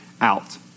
out